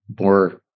more